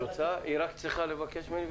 תורג'מן.